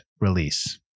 release